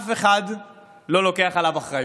אף אחד לא לוקח עליו אחריות,